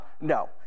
no